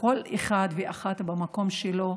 כל אחד ואחת במקום שלו,